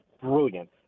brilliant